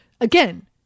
again